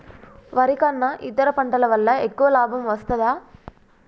వరి కన్నా ఇతర పంటల వల్ల ఎక్కువ లాభం వస్తదా?